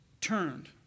turned